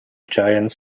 giants